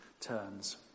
turns